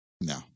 no